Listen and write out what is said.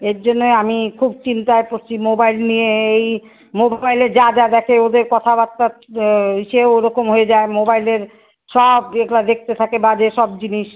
এর জন্যে আমি খুব চিন্তায় পড়েছি মোবাইল নিয়ে এই মোবাইলে যা যা দেখে ওদের কথাবার্তা সে ওরকম হয়ে যায় মোবাইলের সব যেগুলো দেখতে থাকে বা যেসব জিনিস